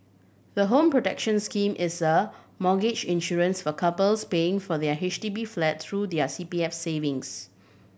the Home Protection Scheme is a mortgage insurance for couples paying for their H D B flat through their C P F savings